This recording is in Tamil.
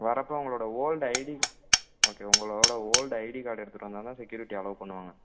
வரப்போ உங்களோட ஓல்ட் ஐடி ஓகே உங்களோட ஓல்ட் ஐடி கார்டு எடுத்துகிட்டு வந்தால் தான் செக்யூரிட்டி அலோவ் பண்ணுவாங்க